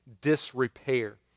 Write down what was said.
disrepair